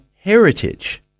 heritage